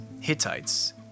Hittites